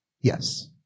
Yes